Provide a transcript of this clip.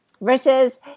versus